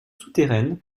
souterraine